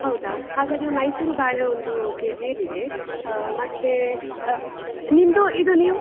ಹೌದಾ ಹಾಗಾದರೆ ಮೈಸೂರು ಬಾಳೆ ಒಂದು ಕೆಜಿ ಇರಲಿ ಮತ್ತು ನಿಮ್ಮದು ಇದು ನೀವು